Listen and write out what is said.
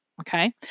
okay